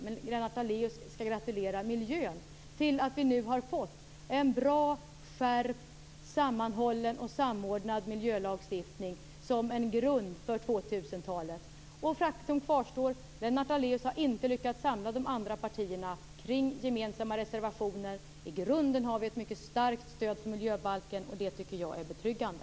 Lennart Daléus skall gratulera miljön till att vi nu har fått en bra, skärpt sammanhållen och samordnad miljölagstiftning som utgör en grund inför 2000-talet. Och faktum kvarstår: Lennart Daléus har inte lyckats att samla de andra partierna kring gemensamma reservationer. I grunden har vi ett mycket starkt stöd för miljöbalken, och det tycker jag känns betryggande.